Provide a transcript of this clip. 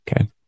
okay